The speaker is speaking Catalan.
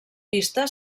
pista